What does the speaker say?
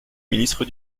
ministre